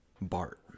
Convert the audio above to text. Bart